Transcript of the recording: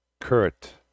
Kurt